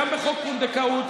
גם בחוק פונדקאות,